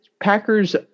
Packers